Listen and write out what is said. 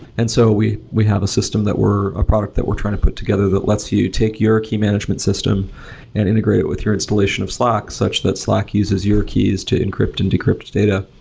and so we we have a system that we're a product that we're trying to put together that lets you take your key management system and integrate it with your installation of slack, such that slack uses your keys to encrypt and decrypt data.